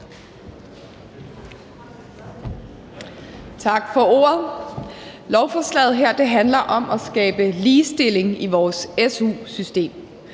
Tak for ordet. Lovforslaget her handler om at skabe ligestilling i vores su-system.